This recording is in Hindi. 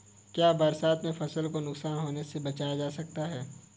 क्या बरसात में फसल को नुकसान होने से बचाया जा सकता है?